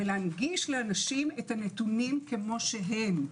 ולהנגיש לאנשים את הנתונים כפי שהם.